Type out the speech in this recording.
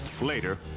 later